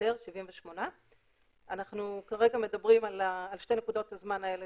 אנחנו כרגע מדברים על שתי נקודות הזמן האלה